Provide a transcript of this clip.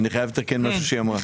אני חייב לתקן משהו שהיא אמרה.